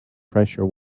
pressure